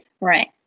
Right